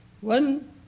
One